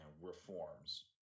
reforms